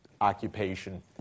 occupation